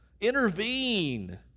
Intervene